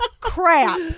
crap